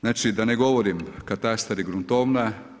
Znači, da ne govorim, katastar i gruntovna.